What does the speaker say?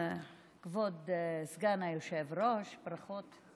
כבוד סגן היושב-ראש, ברכות.